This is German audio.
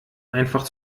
einfach